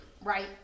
right